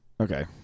Okay